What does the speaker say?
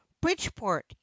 bridgeport